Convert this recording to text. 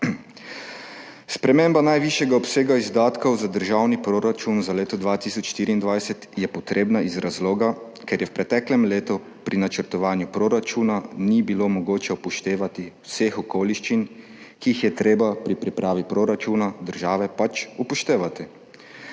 Sprememba najvišjega obsega izdatkov za državni proračun za leto 2024 je potrebna iz razloga, ker v preteklem letu pri načrtovanju proračuna ni bilo mogoče upoštevati vseh okoliščin, ki jih je treba pri pripravi proračuna države pač upoštevati.